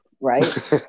Right